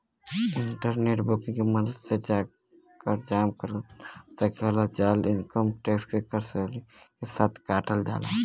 internet banking के मदद से कर जमा करल जा सकल जाला इनकम टैक्स क कर सैलरी के साथ कट जाला